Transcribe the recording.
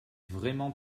vraiment